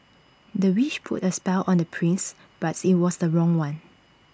the witch put A spell on the prince but IT was the wrong one